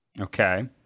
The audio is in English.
Okay